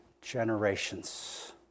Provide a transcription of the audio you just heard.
generations